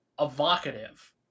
evocative